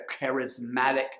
charismatic